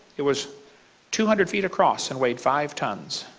it was two hundred feet across and weighed five tons.